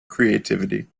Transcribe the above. creativity